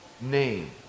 name